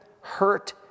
hurt